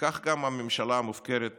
וכך גם הממשלה המופקרת שלנו,